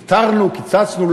פיטרנו, קיצצנו.